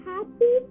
Happy